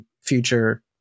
future